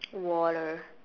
water